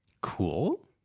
cool